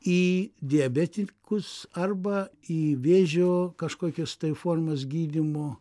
į diabetikus arba į vėžio kažkokias tai formas gydymo